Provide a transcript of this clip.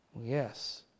Yes